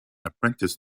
apprentice